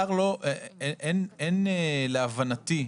אין להבנתי,